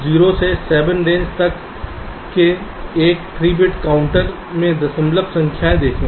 0 से 7 रेंज तक के एक 3 बिट काउंटर में दशमलव संख्या देखें